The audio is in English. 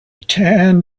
tan